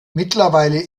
mittlerweile